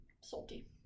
salty